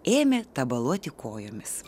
ėmė tabaluoti kojomis